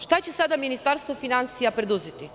Šta će sada Ministarstvo finansija preduzeti?